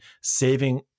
saving